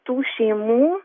tų šeimų